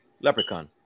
Leprechaun